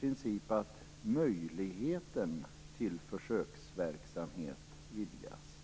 princip att möjligheten till försöksverksamhet vidgas.